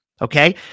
Okay